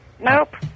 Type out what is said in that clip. Nope